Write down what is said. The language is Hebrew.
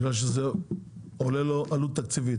זה משום שיש לזה עלות תקציבית.